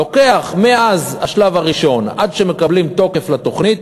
לוקח מהשלב הראשון עד שמקבלים תוקף לתוכנית,